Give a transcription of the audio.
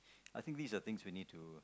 I think these are things we need to